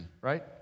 right